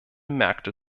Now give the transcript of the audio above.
märkte